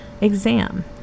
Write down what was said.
exam